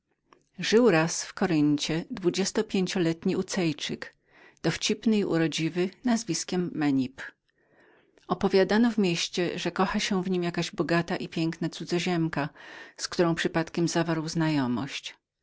żył raz w koryncie dwudziestopięcioletni lycejczyk dowcipny i urodziwy nazwiskiem menip opowiadano w mieście że kochała się w nim jakaś bogata i piękna cudzoziemka z którą przypadkiem zabrał znajomość